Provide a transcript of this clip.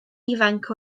ifanc